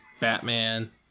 Batman